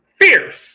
fierce